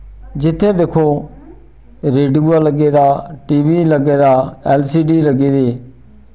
जित्थै दिक्खो रेडुआ लग्गे दा टीवी लग्गे दा एलसीडी लग्गी दी